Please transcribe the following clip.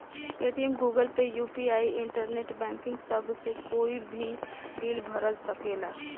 Paytm, Google pay, UPI, internet banking सभ से कोई भी बिल भरा सकेला